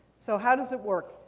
so how does it work?